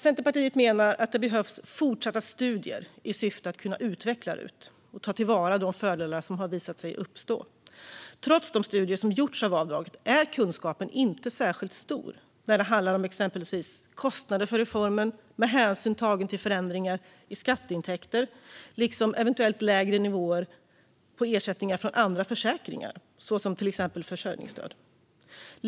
Centerpartiet menar att det behövs fortsatta studier i syfte att kunna utveckla RUT och ta till vara de fördelar som har visat sig uppstå. Trots de studier som gjorts av avdraget är kunskapen inte särskilt stor när det handlar om exempelvis kostnaden för reformen med hänsyn tagen till förändringar i skatteintäkter liksom eventuellt lägre nivåer på ersättningar från andra försäkringar, till exempel försörjningsstöd.